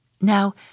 Now